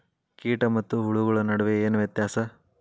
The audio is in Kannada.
ಕೇಟ ಮತ್ತು ಹುಳುಗಳ ನಡುವೆ ಏನ್ ವ್ಯತ್ಯಾಸ?